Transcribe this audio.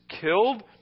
killed